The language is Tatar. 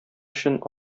өчен